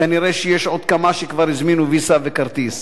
כנראה יש עוד כמה שכבר הזמינו ויזה וכרטיס.